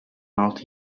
altı